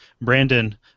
Brandon